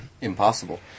Impossible